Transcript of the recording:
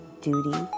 duty